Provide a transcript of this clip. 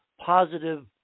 positive